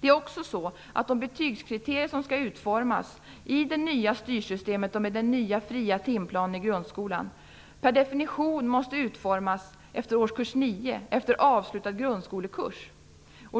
Det är också så att de betygskriterier som skall utformas i det nya styrsystemet och med den nya fria timplanen i grundskolan per definition måste utformas efter årskurs 9, efter avslutad grundskolekurs.